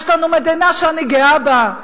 יש לנו מדינה שאני גאה בה,